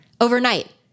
overnight